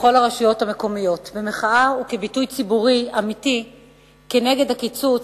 בכל הרשויות המקומיות במחאה וכביטוי ציבורי אמיתי כנגד קיצוץ